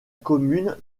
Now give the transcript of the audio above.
commune